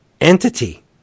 entity